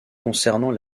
concernant